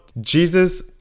Jesus